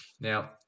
Now